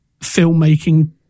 filmmaking